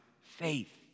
faith